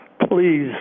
Please